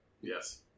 Yes